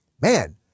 man